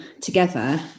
together